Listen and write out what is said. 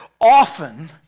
often